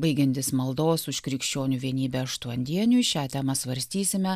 baigiantis maldos už krikščionių vienybę aštuondieniui šią temą svarstysime